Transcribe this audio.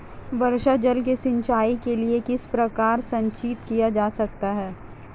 वर्षा जल को सिंचाई के लिए किस प्रकार संचित किया जा सकता है?